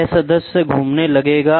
यह सदस्य घुमाने लगेगा